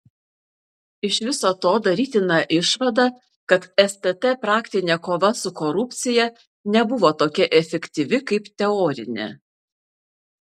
iš viso to darytina išvada kad stt praktinė kova su korupcija nebuvo tokia efektyvi kaip teorinė